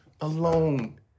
alone